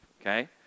Okay